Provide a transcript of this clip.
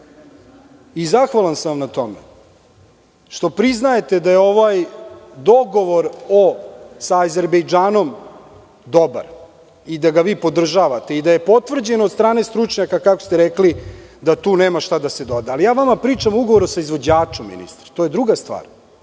i zahvalan sam vam na tome što priznajete da je ovaj dogovor sa azerbejdžanom dobar i da ga vi podržavate i da je potvrđen od strane stručnjaka, kako ste rekli, i da tu nema šta da se doda. Ali, ja vama pričam o ugovoru sa izvođačem, ministre. To je druga stvar.